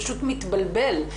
פשוט מתבלבל,